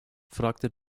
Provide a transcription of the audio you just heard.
fragte